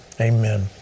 Amen